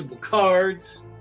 cards